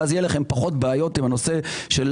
ואז יהיו לכם פחות בעיות עם הנושא של